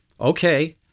okay